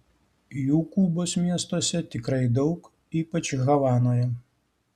jų kubos miestuose tikrai daug ypač havanoje